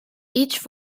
each